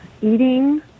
eating